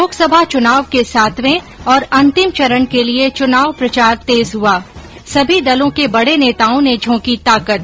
लोकसभा चुनाव के सातवें और अंतिम चरण के लिए चुनाव प्रचार तेज हुआ सभी दलों के बड़े नेताओं ने झोंकी ताकत